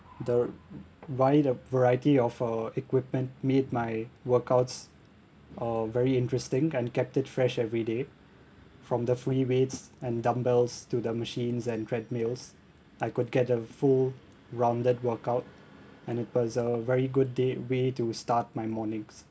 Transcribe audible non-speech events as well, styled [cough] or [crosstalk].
the [noise] wide uh variety of uh equipment made my workouts uh very interesting and kept it fresh every day from the free weights and dumbbells to the machines and treadmills I could get a full rounded workout and it was a very good day way to start my mornings